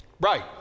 Right